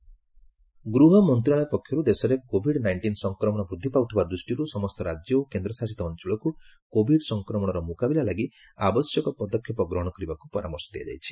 Covid guidelines ଗୃହ ମନ୍ତ୍ରଣାଳୟ ପକ୍ଷରୁ ଦେଶରେ କୋଭିଡ୍ ନାଇଷ୍ଟିନ ସଂକ୍ରମଣ ବୃଦ୍ଧି ପାଉଥିବା ଦୃଷ୍ଟିରୁ ସମସ୍ତ ରାଜ୍ୟ ଓ କେନ୍ଦ୍ରଶାସିତ ଅଞ୍ଚଳକୁ କୋଭିଡ୍ ସଂକ୍ରମଣର ମୁକାବିଲା ଲାଗି ଆବଶ୍ୟକ ପଦକ୍ଷେପ ଗ୍ରହଣ କରିବାକୁ ପରାମର୍ଶ ଦିଆଯାଇଛି